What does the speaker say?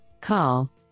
Call